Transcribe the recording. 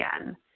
again